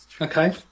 okay